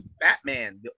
Batman